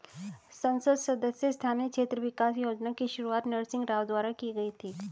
संसद सदस्य स्थानीय क्षेत्र विकास योजना की शुरुआत नरसिंह राव द्वारा की गई थी